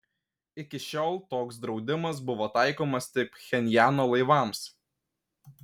iki šiol toks draudimas buvo taikomas tik pchenjano laivams